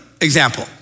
example